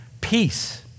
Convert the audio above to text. Peace